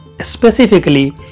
specifically